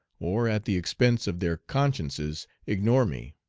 or at the expense of their consciences ignore me.